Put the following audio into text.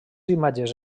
imatges